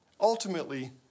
ultimately